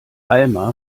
alma